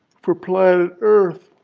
for planet earth.